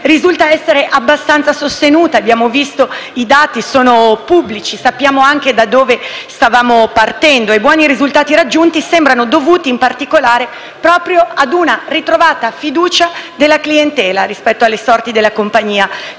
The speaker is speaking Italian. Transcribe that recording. risulta essere abbastanza sostenuta; abbiamo visto i dati, che sono pubblici, e sappiamo anche da dove stavamo partendo. I buoni risultati raggiunti sembrano dovuti in particolare proprio a una ritrovata fiducia della clientela rispetto alle sorti della compagnia